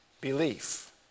belief